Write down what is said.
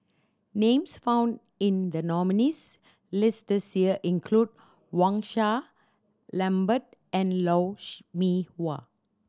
names found in the nominees' list this year include Wang Sha Lambert and Lou Mee Wah